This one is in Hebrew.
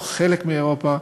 או חלק מאירופה.